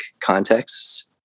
contexts